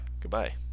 Goodbye